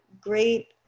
great